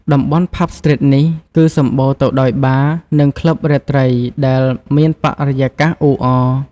តំបន់ ផាប់ស្ទ្រីតនេះ គឺសម្បូរទៅដោយបារ និងក្លឹបរាត្រីដែល មានបរិយាកាសអ៊ូអរ។